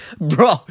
Bro